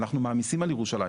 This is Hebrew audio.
כי אנחנו מעמיסים על ירושלים,